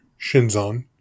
Shinzon